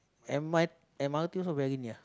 M R m_r_t also very near